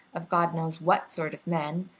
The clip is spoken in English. of god knows what sort of men,